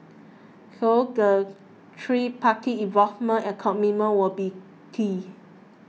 so the tripartite involvement and commitment will be key